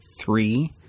three